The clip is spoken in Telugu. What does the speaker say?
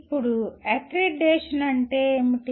ఇప్పుడు అక్రెడిటేషన్ అంటే ఏమిటి